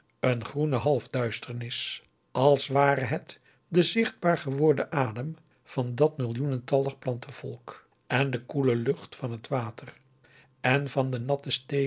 een groene half duisternis als ware het de zichtbaar geworden adem van dat millioenentallig plantenvolk en de koele lucht van het water en van de